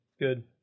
good